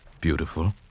Beautiful